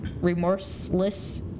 remorseless